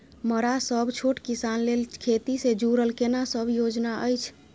मरा सब छोट किसान लेल खेती से जुरल केना सब योजना अछि?